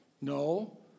No